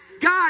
God